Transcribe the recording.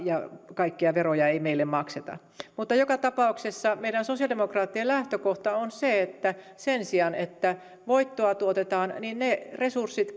kaikkia veroja ei meille makseta mutta joka tapauksessa meidän sosiaalidemokraattien lähtökohta on se että sen sijaan että voittoa tuotetaan ne resurssit